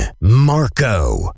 Marco